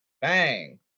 bang